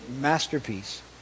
masterpiece